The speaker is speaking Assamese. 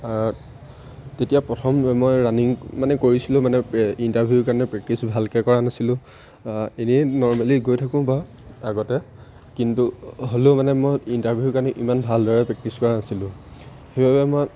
তেতিয়া প্ৰথম মই ৰানিং মানে কৰিছিলোঁ মানে ইণ্টাৰভিউৰ কাৰণে প্ৰেক্টিছ ভালকৈ কৰা নাছিলোঁ এনেই নৰ্মেলি গৈ থাকোঁ বাৰু আগতে কিন্তু হ'লেও মানে মই ইণ্টাৰভিউৰ কাৰণে ইমান ভালদৰে প্ৰেক্টিছ কৰা নাছিলোঁ সেইবাবে মই